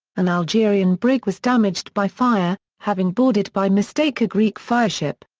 an algerian brig was damaged by fire, having boarded by mistake a greek fireship.